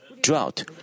drought